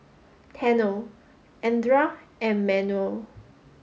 Tanner Andra and Manuel